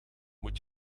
moet